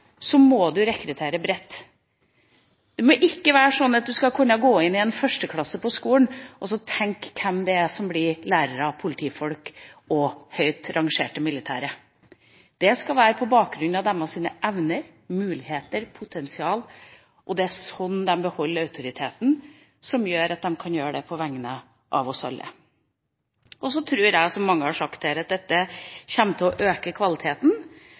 må en rekruttere bredt. Det må ikke være slik at en skal kunne gå inn i en 1. klasse på skolen og tenke hvem det er som blir lærere, politifolk eller høyt rangerte militære. Det skal være på bakgrunn av evner, muligheter og potensial, og det er slik de beholder den autoriteten som gjør at de kan gjøre det på vegne av oss alle. Så tror jeg, som mange har sagt her, at dette kommer til å øke kvaliteten,